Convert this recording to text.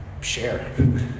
share